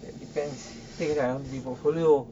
that depends on his portfolio